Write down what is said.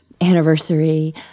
anniversary